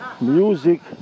Music